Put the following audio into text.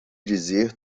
dizer